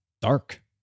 Dark